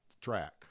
track